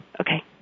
Okay